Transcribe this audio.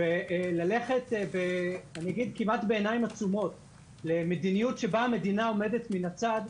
וללכת כמעט בעיניים עצומות למדיניות שבה המדינה עומדת מן הצד,